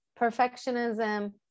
perfectionism